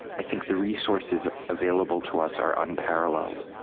i think the resources available to us are unparalleled.